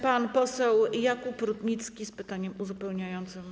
Pan poseł Jakub Rutnicki z pytaniem uzupełniającym.